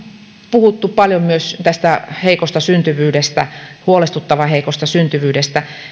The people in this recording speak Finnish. puhuttu paljon myös tästä heikosta syntyvyydestä huolestuttavan heikosta syntyvyydestä